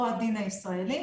או הדין הישראלי.